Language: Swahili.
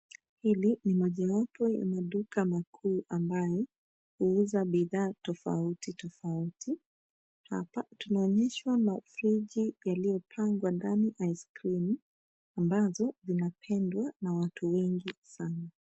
Hili ni mojawapo ya maduka makuu ambayo huuza bidhaa tofauti tofauti. Hapa tunaonyeshwa mafriji yaliyopangwa ndani icecream ambazo zinapendwa na watu wengi sana.